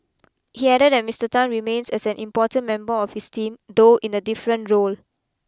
he added that Mister Tan remains an important member of his team though in a different role